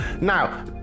now